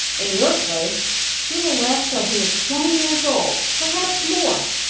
in your place he will last till he is twenty years old perhaps more.